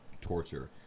torture